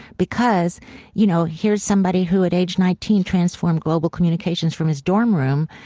because you know here's somebody who at age nineteen transformed global communications from his dorm room.